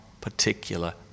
particular